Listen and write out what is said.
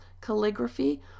calligraphy